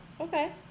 Okay